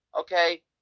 Okay